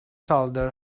shoulder